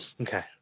Okay